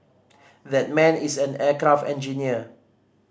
that man is an aircraft engineer